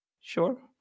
Sure